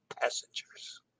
passengers